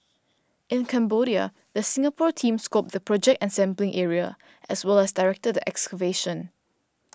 in Cambodia the Singapore team scoped the project and sampling area as well as directed the excavation